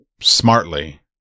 smartly